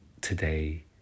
today